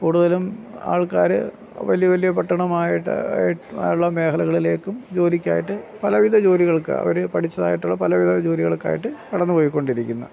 കൂടുതലും ആൾക്കാര് വലിയ വലിയ പട്ടണമായിട്ട് ഉള്ള മേഖലകളിലേക്കും ജോലിക്കായിട്ട് പല വിധ ജോലികൾക്ക് അവര് പഠിച്ചതായിട്ട് പല വിധ ജോലികൾക്കായിട്ട് കടന്നു പോയികൊണ്ടിരിക്കുകയാണ്